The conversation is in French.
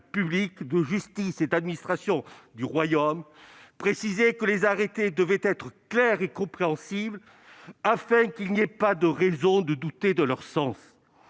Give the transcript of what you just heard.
publics de justice et d'administration du royaume, précisait que les arrêts devaient être clairs et compréhensibles, afin qu'il n'y ait pas de raison de douter sur leur sens.